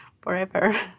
forever